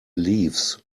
leaves